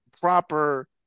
proper